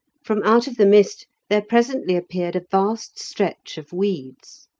from out of the mist there presently appeared a vast stretch of weeds.